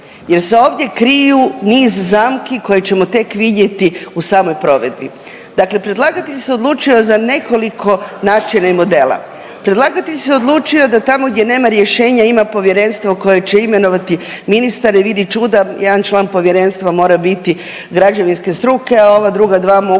Jer se ovdje kriju niz zamki koje ćemo tek vidjeti u samoj provedbi. Dakle predlagatelj se odlučio za nekoliko načina i modela. Predlagatelj se odlučio da tamo gdje nema rješenja ima povjerenstvo koje će imenovati ministar i vidi čuda, jedan član povjerenstva mora biti građevinske struke, a ova druga dva mogu